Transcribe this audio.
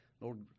Lord